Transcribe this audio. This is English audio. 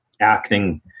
acting